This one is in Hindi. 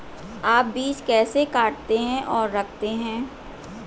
आप बीज कैसे काटते और रखते हैं?